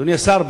אדוני השר,